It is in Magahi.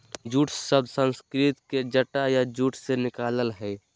जूट शब्द संस्कृत के जटा या जूट से निकलल हइ